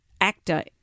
Actor